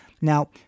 Now